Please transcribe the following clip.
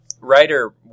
Writer